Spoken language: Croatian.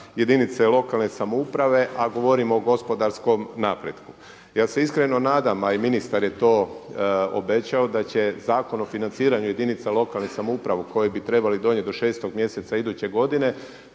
jedinice lokalne samouprave, a govorimo o gospodarskom napretku. Ja se iskreno nadam, a i ministar je to obećao da će Zakon o financiranju jedinica lokalne samouprave koji bi trebali donijeti do 6 mjeseca iduće godine